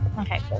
Okay